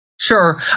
Sure